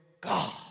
God